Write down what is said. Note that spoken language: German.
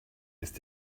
ist